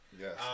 Yes